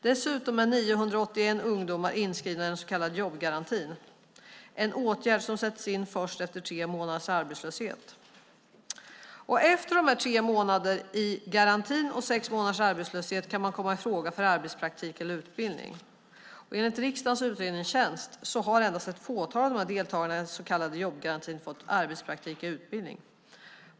Dessutom är 981 ungdomar inskrivna i den så kallade jobbgarantin, en åtgärd som sätts in först efter tre månaders arbetslöshet. Efter dessa tre månader i garantin och sex månaders arbetslöshet kan man komma i fråga för arbetspraktik eller utbildning. Enligt riksdagens utredningstjänst har endast ett fåtal av deltagarna i den så kallade jobbgarantin fått arbetspraktik eller utbildning.